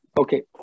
Okay